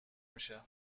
میشه